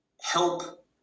help